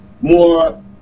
more